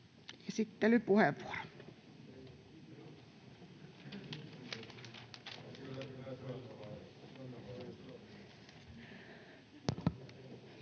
esittelypuheenvuoro.